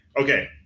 okay